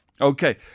Okay